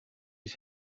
his